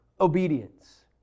obedience